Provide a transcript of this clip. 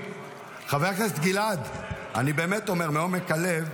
חבר הכנסת גלעד קריב, אני באמת אומר, מעומק הלב,